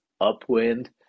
upwind